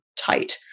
tight